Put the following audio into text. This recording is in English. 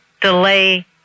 delay